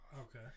Okay